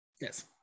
yes